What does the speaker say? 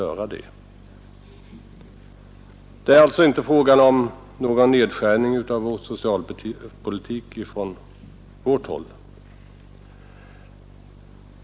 Från vårt håll är det alltså inte fråga om någon nedskärning av socialpolitiken.